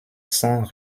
sans